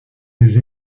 des